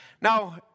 Now